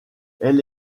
elle